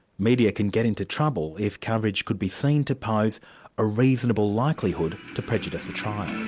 media can get into trouble if coverage could be seen to pose a reasonable likelihood to prejudice a trial.